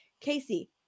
Casey